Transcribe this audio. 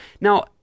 Now